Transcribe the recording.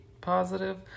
positive